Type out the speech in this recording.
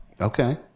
Okay